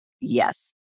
Yes